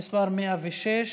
מס' 106,